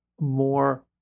more